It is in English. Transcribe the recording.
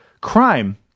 crime